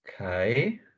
okay